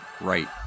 right